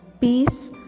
peace